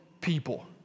people